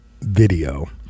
video